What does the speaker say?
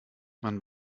man